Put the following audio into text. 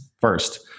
first